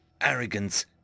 Arrogance